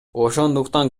ошондуктан